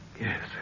Yes